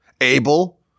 Abel